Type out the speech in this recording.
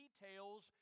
details